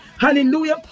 Hallelujah